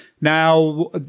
now